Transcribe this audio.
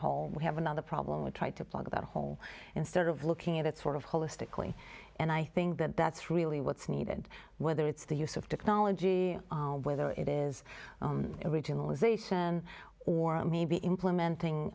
hole we have another problem or try to plug that hole instead of looking at it sort of holistically and i think that that's really what's needed whether it's the use of technology whether it is original ization or maybe implementing